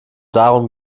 darum